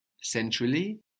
Centrally